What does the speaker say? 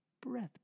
breath